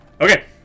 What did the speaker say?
Okay